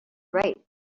right